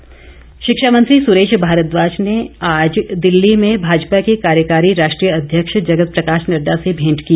भेंट शिक्षा मंत्री सुरेश भारद्वाज ने आज दिल्ली में भाजपा के कार्यकारी राष्ट्रीय अध्यक्ष जगत प्रकाश नड्डा से भेंट की